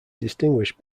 distinguished